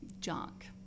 junk